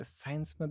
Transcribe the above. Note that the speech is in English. science